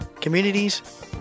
communities